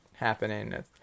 happening